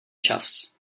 čas